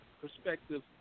perspective